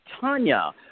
Tanya